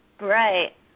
Right